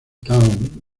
town